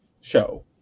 show